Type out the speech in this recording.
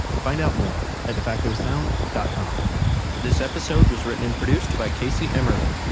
find out more at defactosound dot com this episode was written and produced by casey emmerling,